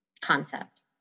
concepts